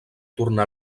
tornar